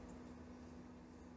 <S?